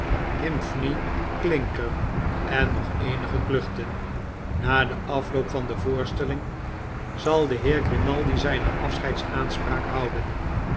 himphney clinker en nog eenige kluchten na den afloop van de voorstellingen zal de heer grimaldi zijne afscheidsaanspraak houden